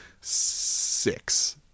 Six